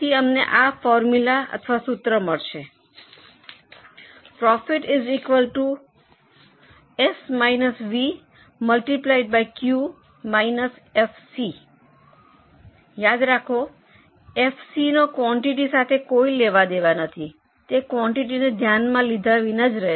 અમને આ ફોર્મ્યુલા અથવા સૂત્ર મળશે Profit Q FC યાદ રાખો એફસીનો ક્વોન્ટૅટી સાથે કોઈ લેવા દેવા નથી તે ક્વોન્ટૅટીને ધ્યાનમાં લીધા વિના રહેશે